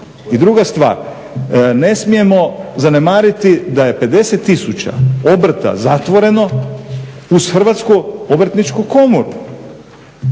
I druga stvar, ne smijemo zanemariti da je 50000 obrta zatvoreno uz Hrvatsku obrtničku komoru